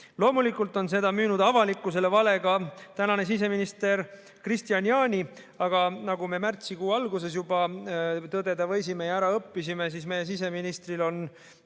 Loomulikult on seda müünud avalikkusele valega siseminister Kristian Jaani, aga nagu me märtsikuu alguses juba tõdeda võisime ja ära õppisime, siis meie siseministril tuleb